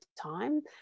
time